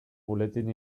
buletin